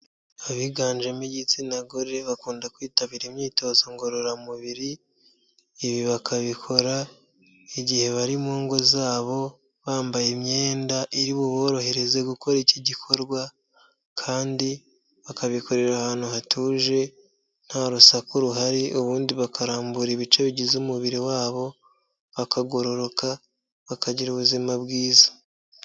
Abiganjemo igitsina gore bakunda kwitabira imyitozo ngororamubiri, ibi bakabikora igihe bari mu ngo zabo bambaye imyenda iri buborohereze gukora iki gikorwa kandi bakabikorera ahantu hatuje nta rusaku ruhari, ubundi bakarambura ibice bigize umubiri wabo bakagororoka bakagira ubuzima bwiza.